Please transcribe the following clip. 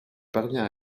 parvient